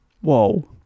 Whoa